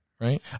right